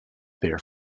there